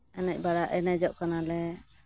ᱮᱱᱮᱡ ᱵᱟᱲᱟ ᱮᱱᱮᱡᱚᱜ ᱠᱟᱱᱟ ᱞᱮ